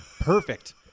perfect